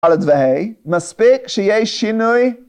על דבי. מספיק שיש שינוי?